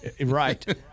right